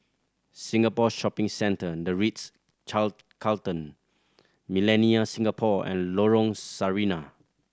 Singapore Shopping Centre The Ritz Carlton Millenia Singapore and Lorong Sarina